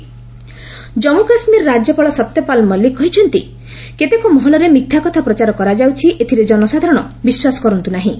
J and K SSC meeting Jammu Kashmir ରାଜ୍ୟପାଳ ସତ୍ୟପାଲ ମଲ୍ଲିକ କହିଛନ୍ତି କେତେକ ମହଲରେ ମିଥ୍ୟା କଥା ପ୍ରଚାର କରାଯାଉଛି ଏଥିରେ ଜନସାଧାରଣ ବିଶ୍ୱାସ କରନ୍ତୁ ନାହିଁ